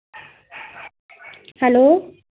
hello